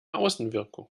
außenwirkung